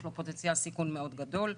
יש לו פוטנציאל סיכון מאוד גדול.